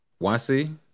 YC